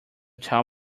tow